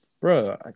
Bro